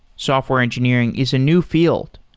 software engineering is a new field.